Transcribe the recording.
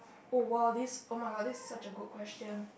oh !wow! this oh-my-god this is such a good question